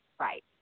right